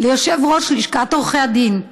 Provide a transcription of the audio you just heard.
ליושב-ראש לשכת עורכי הדין,